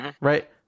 Right